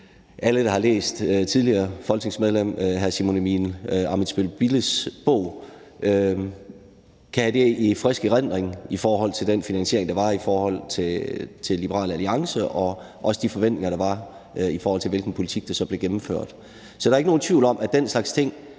alle, der har læst tidligere folketingsmedlem hr. Simon Emil Ammitzbøll-Billes bog, kan have det i frisk erindring med hensyn til den finansiering, der var i forhold til Liberal Alliance, og de forventninger, der var, i forhold til hvilken politik der så blev gennemført. Så der er ikke nogen tvivl om, at den slags ting